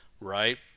right